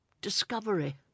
discovery